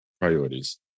priorities